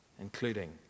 including